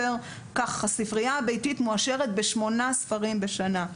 כך הספרייה הביתית מועשרת בשמונה ספרים בשנה.